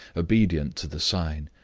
obedient to the sign,